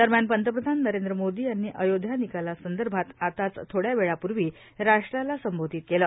दरम्यान पंतप्रधान नरेंद्र मोदी यांनी अयोध्या निकालासंदर्भात आताच थोड्यावेळपूर्वी राष्ट्राला संबोधित केलं